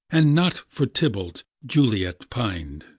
and not for tybalt, juliet pin'd.